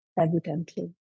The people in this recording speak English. Evidently